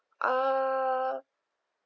uh